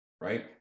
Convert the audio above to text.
Right